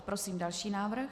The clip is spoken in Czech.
Prosím další návrh.